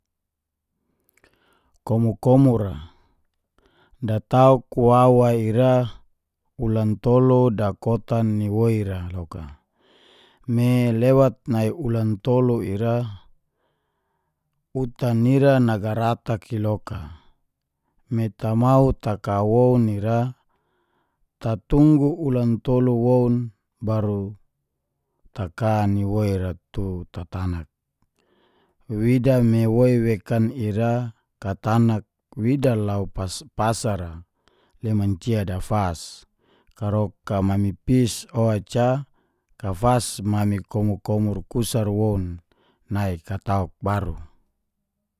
Komu- komura, datauk wawa ira ulan tolu dakotan ni woi ra loka. Me lewat nai ulan tolu ira utan ira nagaratak i loka. Me tamau taka woun ira tatunggu ulan tolu woun baru taka ni woi ra tu tatanak. Wida me woi wekan ira, tatanak wida lau pas pasar a le macia dafas. Karoka mami pis oca, kafas mami komu-komur kusar woun nai katauk baru.